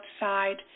outside